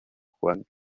juan